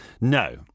No